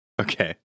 Okay